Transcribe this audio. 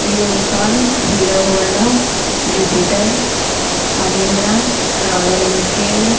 unicorn Hero Honda jupiter Mahindra Royal Enfield